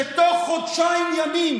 שתוך חודשיים ימים